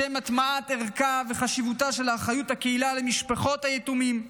לשם הטמעת ערכה וחשיבותה של אחריות הקהילה למשפחות היתומים,